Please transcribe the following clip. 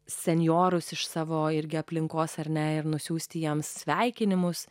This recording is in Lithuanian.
senjorus iš savo irgi aplinkos ar ne ir nusiųsti jam sveikinimus